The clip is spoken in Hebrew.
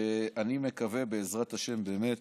ואני מקווה שבעזרת השם באמת